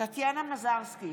טטיאנה מזרסקי,